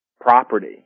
property